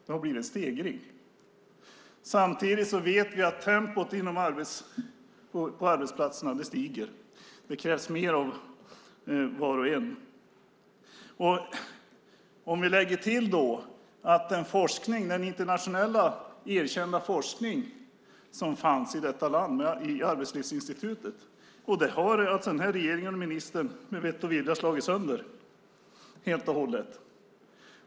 Det har blivit en stegring. Samtidigt vet vi att tempot på arbetsplatserna stiger. Det krävs mer av var och en. Lägg till att den internationellt erkända forskning som fanns i detta land i Arbetslivsinstitutet har den här regeringen och ministern med vett och vilja slagit sönder helt och hållet.